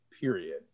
period